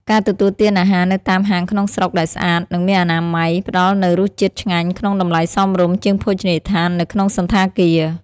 ការទទួលទានអាហារនៅតាមហាងក្នុងស្រុកដែលស្អាត និងមានអនាម័យ ផ្តល់នូវរសជាតិឆ្ងាញ់ក្នុងតម្លៃសមរម្យជាងភោជនីយដ្ឋាននៅក្នុងសណ្ឋាគារ។